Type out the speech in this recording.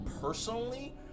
personally